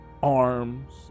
arms